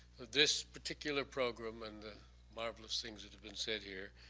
this particular program, and the marvelous things that have been said here,